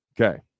Okay